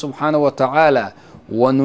some kind of what the one